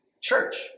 church